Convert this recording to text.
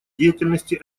деятельности